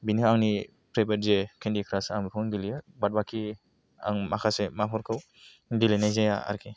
बेनो आंनि फेभारेत जे केन्दि क्रास आं बेखौनो गेलेयो बाद बाखि आं माखासे माबाफोरखौ गेलेनाय जाया आरोखि